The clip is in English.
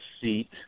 seat